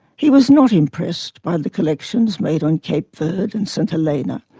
he was not impressed by the collections made on cape verde and st helena,